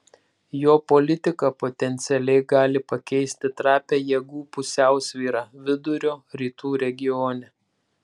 jo politika potencialiai gali pakeisti trapią jėgų pusiausvyrą vidurio rytų regione